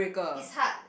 his heart